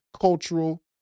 cultural